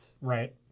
Right